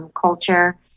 culture